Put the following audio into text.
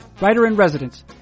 writer-in-residence